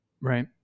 right